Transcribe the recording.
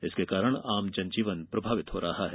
इसके कारण आम जनजीवन प्रभावित हो रहा है